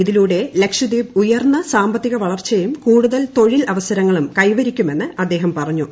ഇതിലൂടെ ലക്ഷദ്വീപ് ഉയർന്ന സാമ്പത്തികവളർച്ചയും കൂടുതൽ തൊഴിൽ അവസരങ്ങളും കൈവരിക്കുമെന്ന് അദ്ദേഹം പറഞ്ഞു